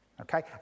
Okay